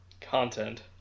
Content